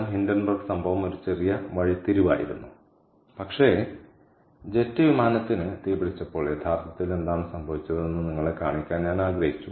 Hindenburg സംഭവം ഒരു ചെറിയ വഴിത്തിരിവായിരുന്നു പക്ഷേ ജെറ്റ് വിമാനത്തിന് തീപിടിച്ചപ്പോൾ യഥാർത്ഥത്തിൽ എന്താണ് സംഭവിച്ചതെന്ന് നിങ്ങളെ കാണിക്കാൻ ഞാൻ ആഗ്രഹിച്ചു